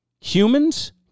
humans